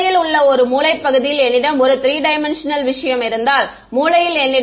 மூலையில் உள்ள ஒரு மூலை பகுதியில் என்னிடம் ஒரு 3D விஷயம் இருந்தால் மூலைகளில் என்னிடம் sxsysz இருக்கும்